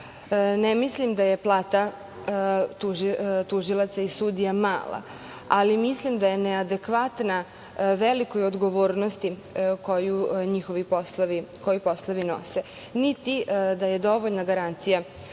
ne mislim da je plata tužilaca i sudija mala, ali mislim da je neadekvatna velikoj odgovornosti koju njihovi poslovi nose, niti da je dovoljna garancija